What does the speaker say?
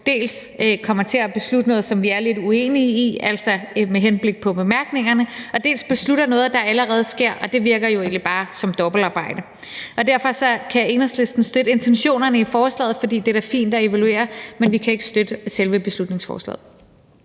dels kommer til at beslutte noget, som vi er lidt uenige i, altså med henblik på bemærkningerne, dels beslutter noget, der allerede sker, og det virker jo egentlig bare som dobbeltarbejde. Og derfor kan Enhedslisten støtte intentionerne i forslaget, fordi det da er fint at evaluere, men vi kan ikke støtte selve beslutningsforslaget.